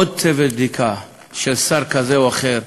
עוד צוות בדיקה של שר כזה או אחר,